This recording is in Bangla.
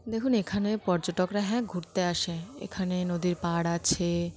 দেখুন এখানে পর্যটকরা হ্যাঁ ঘুরতে আসে এখানে নদীর পাড় আছে